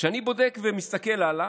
כשאני בודק ומסתכל הלאה,